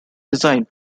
design